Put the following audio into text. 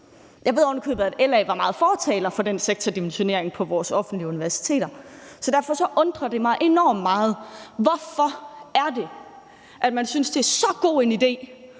Jeg ved oven i købet, at LA talte meget for den sektordimensionering på vores offentlige universiteter, og derfor undrer det mig enormt meget: Hvorfor er det, at man synes, det er så god en idé